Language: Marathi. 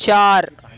चार